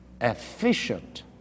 efficient